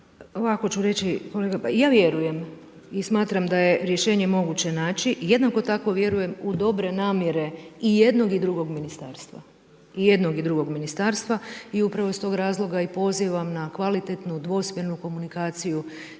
Ovako ću reći kolega, ja vjerujem i smatram da je rješenje moguće naći, jednako tako vjerujem u dobre namjere i jednog i drugog ministarstva i jednog i drugog ministarstva i upravo iz tog razloga i pozivam na kvalitetnu, dvosmjernu komunikaciju